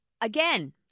again